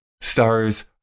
stars